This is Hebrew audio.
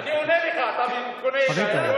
מיקי, הוא אופוזיציה.